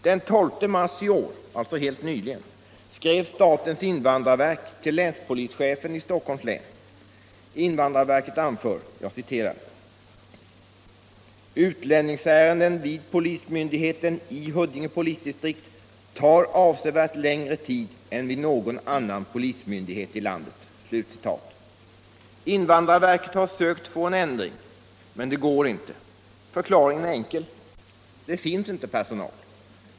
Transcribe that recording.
Den 12 mars i år, alltså helt nyligen, skrev statens invandrarverk till länspolischefen i Stockholms län: ”Utlänningsärenden vid polismyndigheten i Huddinge polisdistrikt tar avsevärt längre tid än vid någon annan polismyndighet i landet.” Invandrarverket har sökt få en ändring, men det går inte. Förklaringen är enkel: Det finns inte personal.